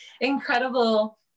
incredible